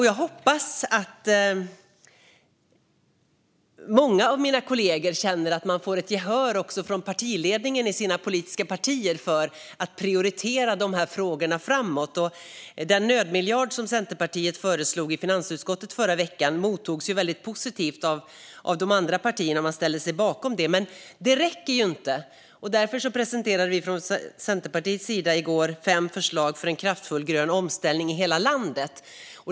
Jag hoppas att många av mina kollegor känner att de får gehör från partiledningen i sina politiska partier för att prioritera de här frågorna framåt. Den nödmiljard som Centerpartiet föreslog i finansutskottet i förra veckan mottogs väldigt positivt av de andra partierna, som ställde sig bakom detta. Men det räcker inte. Därför presenterade vi från Centerpartiet i går fem förslag för en kraftfull grön omställning i hela landet.